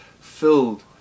filled